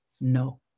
No